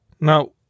Now